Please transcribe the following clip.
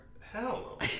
Hell